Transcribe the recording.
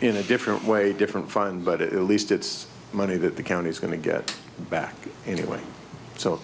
in a different way different fund but it least it's money that the county is going to get back anyway so